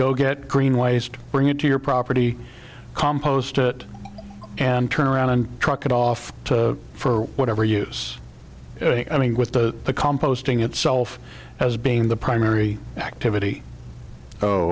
waste bring it to your property compost it and turn around and truck it off for whatever use i mean with the composting itself as being the primary activity oh